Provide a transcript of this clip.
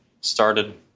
started